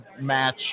match